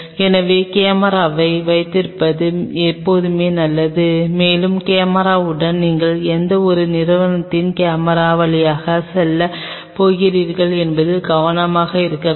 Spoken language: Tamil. எனவே கேமராவை வைத்திருப்பது எப்போதுமே நல்லது மேலும் கேமராவுடன் நீங்கள் எந்த நிறுவனத்தின் கேமரா வழியாக செல்லப் போகிறீர்கள் என்பதில் கவனமாக இருக்க வேண்டும்